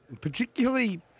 Particularly